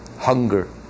hunger